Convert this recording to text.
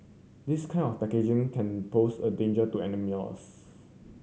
this kind of packaging can pose a danger to animals